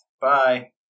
Bye